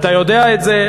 אתה יודע את זה,